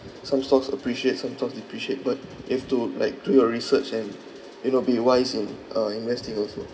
some stocks appreciate some stocks depreciate but you've to like do your research and you know be wise in uh investing also